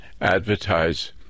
advertise